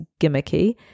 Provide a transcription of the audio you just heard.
gimmicky